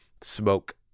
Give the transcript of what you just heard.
smoke